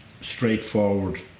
straightforward